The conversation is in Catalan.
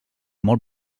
molt